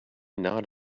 not